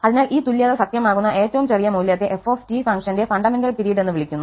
അതിനാൽ ഈ തുല്യത സത്യമാകുന്ന ഏറ്റവും ചെറിയ മൂല്യത്തെ f ഫംഗ്ഷന്റെ ഫണ്ടമെന്റൽ പിരീഡ് എന്ന് വിളിക്കുന്നു